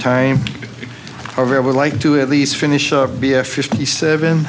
time over i would like to at least finish up be a fifty seven